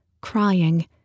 crying